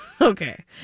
Okay